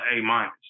A-minus